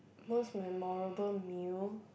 most memorable meal